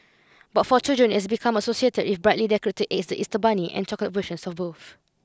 but for children it has become associated with brightly decorated eggs the Easter bunny and chocolate versions of both